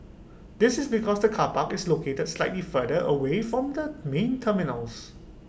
this is because the car park is located slightly further away from the main terminals